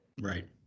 Right